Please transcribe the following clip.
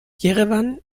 jerewan